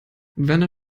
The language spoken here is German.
werner